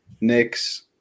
Knicks